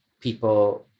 people